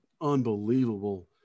unbelievable